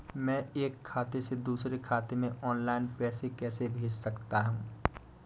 मैं एक खाते से दूसरे खाते में ऑनलाइन पैसे कैसे भेज सकता हूँ?